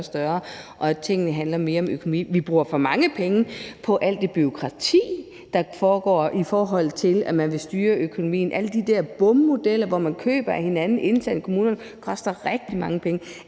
og at tingene handler mere om økonomi. Vi bruger for mange penge på alt det bureaukrati, der er, i forhold til at man vil styre økonomien; alle de der BUM-modeller, hvor man køber af hinanden internt i kommunerne, koster rigtig mange penge.